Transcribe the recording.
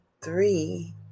three